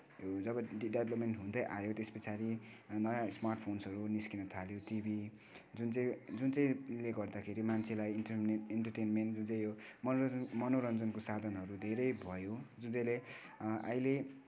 यो जब डेभ्लोपमेन्ट हुँदै आयो त्यस पछाडि नयाँ स्मार्टफोन्सहरू निस्किन थाल्यो टिभी जुन चाहिँ जुन चाहिँले गर्दाखेरि मान्छेलाई इन्टरनेट इन्टरटेनमेन्ट जुन चाहिँ हो मनोरञ्जन मनोरञ्जनको साधनहरू धेरै भयो जुन चाहिँले अहिले